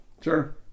Sure